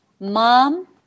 Mom